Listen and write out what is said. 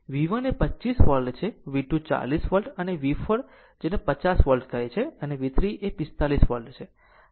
આમ V1 એ 25 volt છે V2 40 વોલ્ટ અને V4 જેને 50 વોલ્ટ કહે છે અને V3 r 45 વોલ્ટ